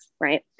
right